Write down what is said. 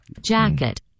jacket